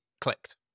clicked